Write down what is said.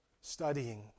studying